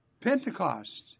Pentecost